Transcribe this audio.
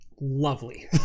lovely